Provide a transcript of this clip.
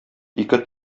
ике